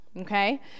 okay